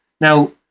Now